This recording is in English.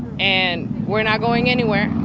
and we're not going anywhere.